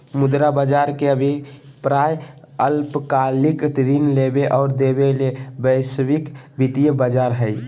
मुद्रा बज़ार के अभिप्राय अल्पकालिक ऋण लेबे और देबे ले वैश्विक वित्तीय बज़ार हइ